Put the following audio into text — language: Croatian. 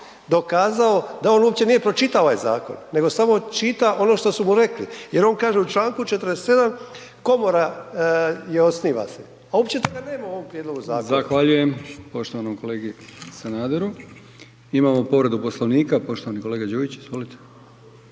dokazao da on uopće nije pročitao ovaj zakon nego samo čita ono što su mu rekli. Jer on kaže u čl. 47. komora je osniva se a uopće toga nema u ovom prijedlogu zakona. **Brkić, Milijan (HDZ)** Zahvaljujem poštovanom kolegi Sanaderu. Imamo povredu Poslovnika, poštovani kolega Đujić, izvolite.